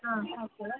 ಹಾಂ ಓಕೆ